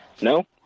No